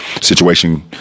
situation